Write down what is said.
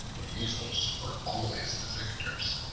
the weasels were always the victors.